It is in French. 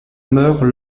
meurent